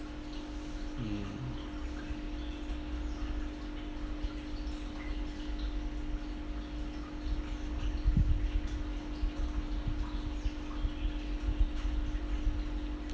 mm